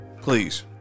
please